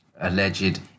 alleged